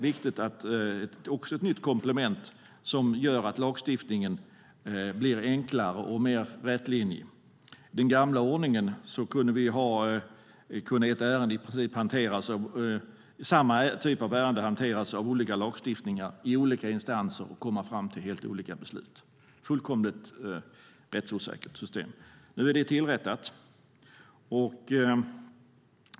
Det är också ett nytt komplement som gör att lagstiftningen blir enklare och mer rätlinjig. Med den gamla ordningen kunde samma typ av ärende i princip hanteras av olika lagstiftningar i olika instanser, och man kunde komma fram till helt olika beslut. Det var ett fullkomligt rättsosäkert system. Nu är det tillrättat.